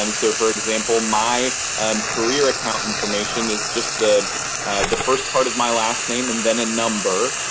um so, for example, my career account information is just the the first part of my last name and then a number.